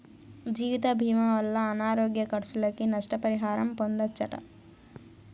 జీవితభీమా వల్ల అనారోగ్య కర్సులకి, నష్ట పరిహారం పొందచ్చట